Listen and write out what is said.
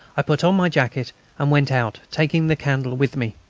i put on my jacket and went out, taking the candle with me.